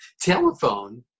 telephone